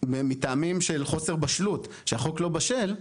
מטעמים של חוסר בשלות, שהחוק לא בשל.